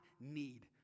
need